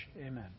Amen